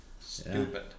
Stupid